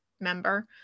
member